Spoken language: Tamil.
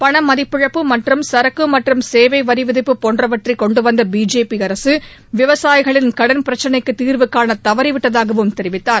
பண மதிப்பிழப்பு மற்றும் சரக்கு மற்றும் சேவை வரி விதிப்பு போன்றவற்றை கொண்டுவந்த பிஜேபி அரசு விவசாயிகளின் கடன் பிரச்சினைக்கு தீர்வுகாண தவறிவிட்டதாகவும் தெரிவித்தார்